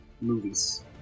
movies